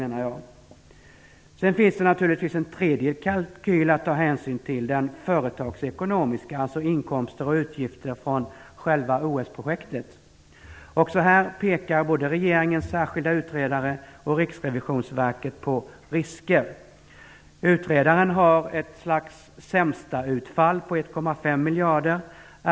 Sedan finns det naturligtvis en tredje kalkyl att ta hänsyn till, nämligen den företagsekonomiska, dvs. inkomster och utgifter för själva OS-projektet. Också här pekar både regeringens särskilde utredare och Riksrevisionsverket på risker. Utredaren har ett slags "sämsta utfall" på 1,5 miljarder.